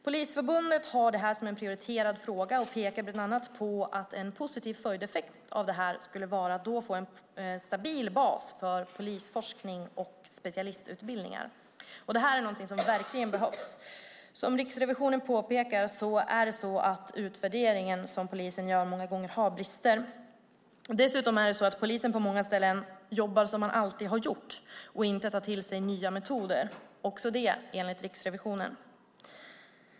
Polisförbundet har det som en prioriterad fråga och pekar bland annat på att en positiv följdeffekt skulle vara att få en stabil bas för polisforskning och specialistutbildningar. Det är någonting som verkligen behövs. Riksrevisionen påpekar att den utvärdering som polisen gör många gånger har brister. Dessutom jobbar polisen på många ställen som man alltid har gjort och tar inte till sig nya metoder, också det enligt Riksrevisionen.